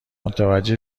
متوجه